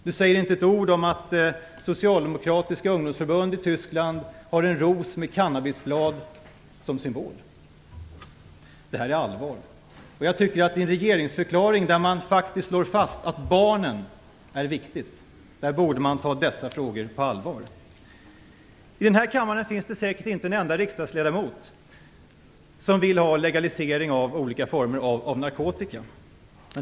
Han säger inte ett ord om att det socialdemokratiska ungdomsförbundet i Tyskland har en ros med cannabisblad som symbol. Detta är allvar. I en regeringsförklaring där man slår fast att barnen är viktiga, där borde man ta dessa frågor på allvar. I denna kammare finns det säkert inte en enda riksdagsledamot som vill ha en legalisering av olika former av narkotika.